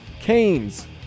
Canes